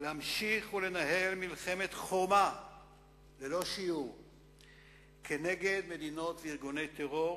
להמשיך ולנהל מלחמת חורמה ללא שיעור כנגד מדינות וארגוני טרור